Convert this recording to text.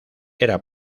era